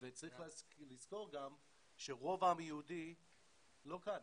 צריך לזכור גם שרוב העם היהודי לא כאן.